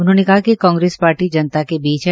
उन्होंने कहा कि कांग्रेस पार्टी जनता के बीच है